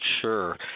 sure